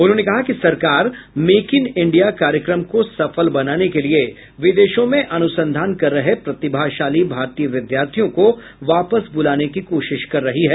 उन्होंने कहा कि सरकार मेक इन इंडिया कार्यक्रम को सफल बनाने के लिए विदेशों में अनुसंधान कर रहे प्रतिभाशाली भारतीय विद्यार्थियों को वापस बुलाने की कोशिश कर रही है